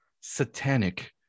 satanic